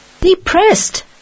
Depressed